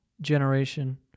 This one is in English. generation